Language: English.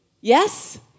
Yes